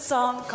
Song